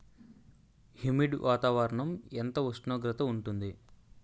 Humid వాతావరణం ఎంత ఉష్ణోగ్రత ఉంటుంది?